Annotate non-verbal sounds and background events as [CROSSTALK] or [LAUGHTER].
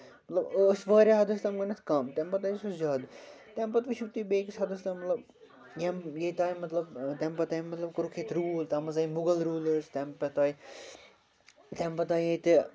مطلب ٲسۍ واریاہ حدس تامَتھ گۄڈٕنٮ۪تھ کَم تَمہِ پَتہٕ ٲسۍ سُہ زیادٕ تَمہِ پَتہٕ وٕچھِو تُہۍ بیٚیہِ کِس حدس تام مطلب یِم ییٚتہِ آیہِ مطلب تَمہِ پَتہٕ تَمہِ [UNINTELLIGIBLE] کوٚرُکھ ییٚتہِ روٗل تَتھ منٛز آیہِ مُغل روٗلٲرٕز تَمہِ پَتہٕ آیہِ تَمہِ پَتہٕ آیہِ ییٚتہِ